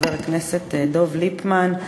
חבר הכנסת דב ליפמן.